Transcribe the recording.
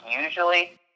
usually